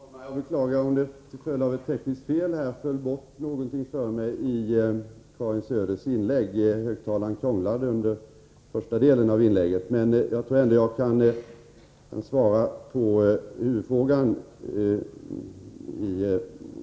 Herr talman! Jag beklagar om jag på grund av ett tekniskt fel inte helt uppfattade vad Karin Söder sade — högtalaren krånglade under första delen av hennes inlägg — men jag tror ändå att jag kan svara på huvudfrågan.